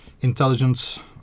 intelligence